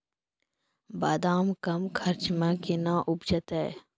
बादाम कम खर्च मे कैना उपजते?